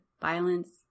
violence